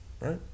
right